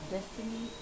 Destiny